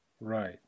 Right